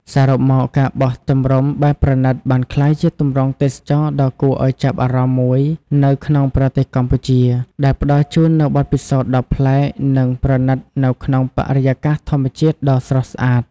សរុបមក ការបោះជំរំបែបប្រណីត បានក្លាយជាទម្រង់ទេសចរណ៍ដ៏គួរឲ្យចាប់អារម្មណ៍មួយនៅក្នុងប្រទេសកម្ពុជា ដែលផ្តល់ជូននូវបទពិសោធន៍ដ៏ប្លែក និងប្រណីតនៅក្នុងបរិយាកាសធម្មជាតិដ៏ស្រស់ស្អាត។